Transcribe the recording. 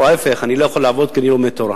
או ההיפך: אני לא יכול לעבוד כי אני לומד תורה.